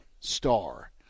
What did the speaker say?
star